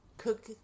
Cook